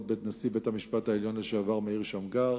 כבוד נשיא בית-המשפט העליון לשעבר מאיר שמגר